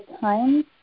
times